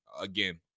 again